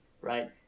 right